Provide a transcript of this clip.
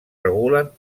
regulen